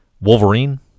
Wolverine